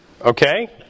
Okay